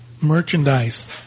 merchandise